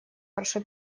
хорошо